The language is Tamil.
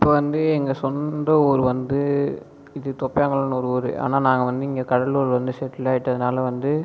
இப்போ வந்து எங்கள் சொந்த ஊர் வந்து இது தொப்பையாங்குளம்னு ஒரு ஊர் ஆனால் நாங்கள் வந்து இங்கே கடலூர் வந்து செட்டிலாயிட்டதுனால் வந்து